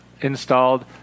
installed